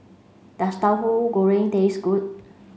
does Tauhu Goreng taste good